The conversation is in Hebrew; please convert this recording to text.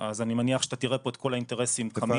אז אני מניח שאתה תראה פה את כל האינטרסים קמים